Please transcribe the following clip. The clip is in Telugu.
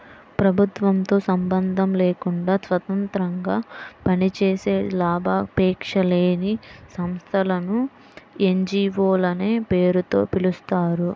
ప్రభుత్వంతో సంబంధం లేకుండా స్వతంత్రంగా పనిచేసే లాభాపేక్ష లేని సంస్థలను ఎన్.జీ.వో లనే పేరుతో పిలుస్తారు